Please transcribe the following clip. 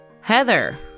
Heather